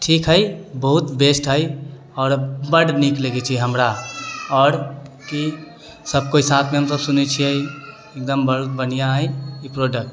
ठीक हइ बहुत बेस्ट हइ आओर बड्ड नीक लगै छै हमरा आओर ई सब कोइ साथमे हमसब सुनै छिए एकदम बढ़िआँ हइ ई प्रोडक्ट